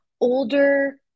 older